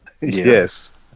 yes